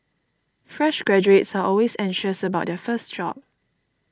fresh graduates are always anxious about their first job